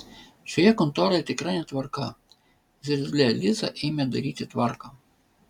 šioje kontoroje tikra netvarka zirzlė liza ėmė daryti tvarką